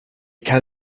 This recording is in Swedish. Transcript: kan